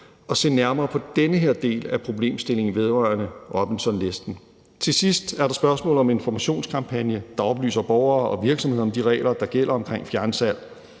at se nærmere på denne del af problemstillingen vedrørende Robinsonlisten. Til sidst er der spørgsmålet om en informationskampagne, der oplyser borgere og virksomheder om de regler, der gælder omkring fjernsalg.